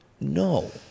No